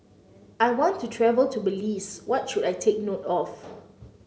I want to travel to Belize what should I take note of